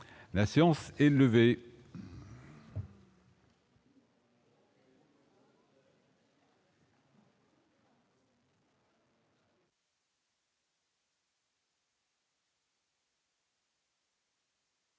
La séance est levée.